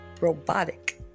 Robotic